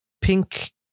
pink